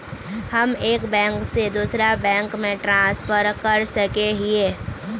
हम एक बैंक से दूसरा बैंक में ट्रांसफर कर सके हिये?